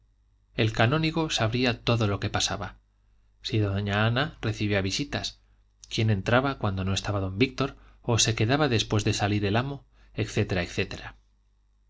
el canónigo sabría todo lo que pasaba si doña ana recibía visitas quién entraba cuando no estaba don víctor o se quedaba después de salir el amo etc etcétera